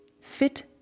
fit